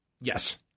Yes